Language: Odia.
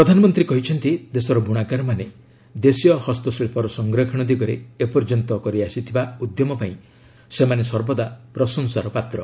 ପ୍ରଧାନମନ୍ତ୍ରୀ କହିଛନ୍ତି ଦେଶର ବୁଣାକାରମାନେ ଦେଶୀୟ ହସ୍ତଶିଳ୍ପର ସଂରକ୍ଷଣ ଦିଗରେ ଏ ପର୍ଯ୍ୟନ୍ତ କରିଆସିଥିବା ଉଦ୍ୟମ ପାଇଁ ସେମାନେ ସର୍ବଦା ପ୍ରଶଂସାର ପାତ୍ର